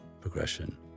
progression